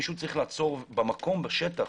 מישהו צריך לעצור במקום, בשטח,